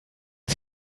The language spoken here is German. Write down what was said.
ins